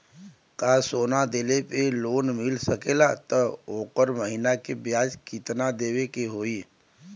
का सोना देले पे लोन मिल सकेला त ओकर महीना के ब्याज कितनादेवे के होई?